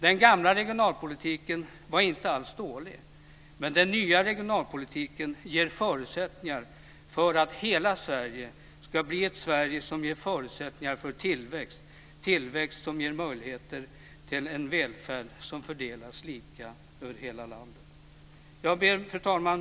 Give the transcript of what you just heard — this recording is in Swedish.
Den gamla regionalpolitiken var inte alls dålig, men den nya regionalpolitiken ger förutsättningar för att hela Sverige ska bli ett Sverige som ger förutsättningar för tillväxt, tillväxt som ger möjligheter till en välfärd som fördelas lika över hela landet. Fru talman!